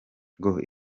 ngo